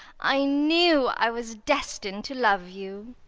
i knew i was destined to love you.